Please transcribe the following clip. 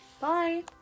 bye